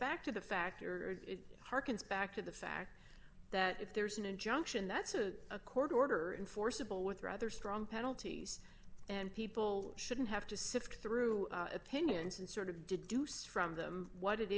back to the factor harkens back to the fact that if there's an injunction that's a a court order enforceable with rather strong penalties and people shouldn't have to sift through opinions and sort of deduce from them what it